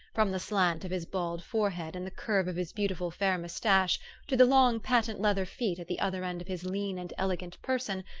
from the slant of his bald forehead and the curve of his beautiful fair moustache to the long patent-leather feet at the other end of his lean and elegant person,